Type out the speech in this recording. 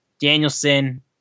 Danielson